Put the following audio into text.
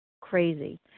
crazy